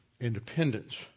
Independence